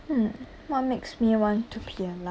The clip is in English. hmm what makes me want to be ali~